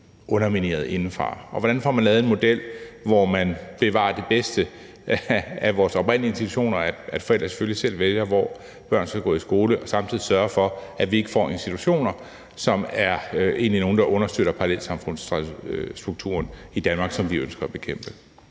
undermineret indefra. Hvordan får man lavet en model, hvor man bevarer det bedste af vores oprindelige intentioner, nemlig at forældrene selvfølgelig selv vælger, hvor børnene skal gå i skole, og hvor man samtidig sørger for, at vi ikke får institutioner, der egentlig er nogle, der understøtter parallelsamfundsstrukturen i Danmark, som vi ønsker at bekæmpe?